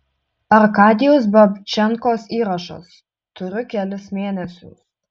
arkadijaus babčenkos įrašas turiu kelis mėnesius